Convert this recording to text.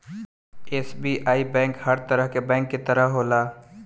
SBI bank हर bank के तरह होला